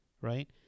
right